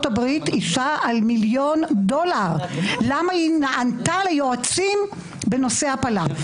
הברית על מיליון דולר כי היא נענתה ליועצים בנושא הפלה.